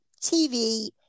TV